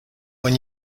when